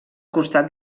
costat